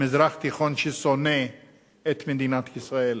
מזרח תיכון ששונא את מדינת ישראל.